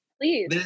please